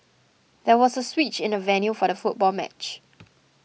there was a switch in the venue for the football match